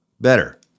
better